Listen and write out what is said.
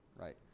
right